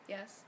Yes